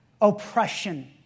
oppression